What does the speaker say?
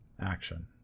action